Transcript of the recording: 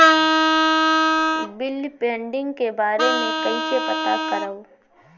Bill pending के बारे में कईसे पता करब?